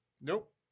Nope